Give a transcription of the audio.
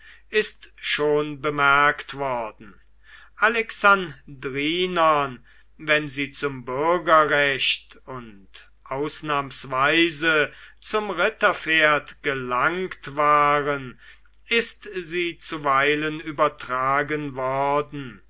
ist schon bemerkt worden alexandrinern wenn sie zum bürgerrecht und ausnahmsweise zum ritterpferd gelangt waren ist sie zuweilen übertragen worden